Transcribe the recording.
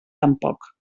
tampoc